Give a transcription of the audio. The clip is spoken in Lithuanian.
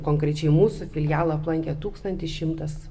konkrečiai mūsų filialą aplankė tūkstantis šimtas